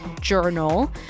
Journal